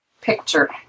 picture